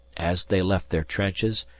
as they left their trenches,